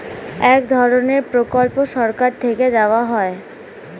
এক ধরনের প্রকল্প সরকার থেকে দেওয়া হয়